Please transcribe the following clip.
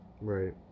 Right